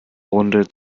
runde